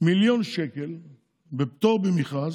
מיליון שקל בפטור ממכרז,